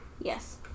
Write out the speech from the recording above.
Yes